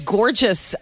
gorgeous